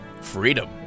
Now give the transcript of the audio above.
freedom